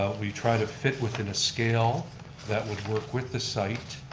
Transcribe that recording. ah we try to fit within a scale that would work with the site.